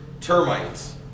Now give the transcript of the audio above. termites